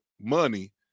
money